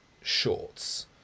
shorts